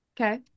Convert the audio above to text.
Okay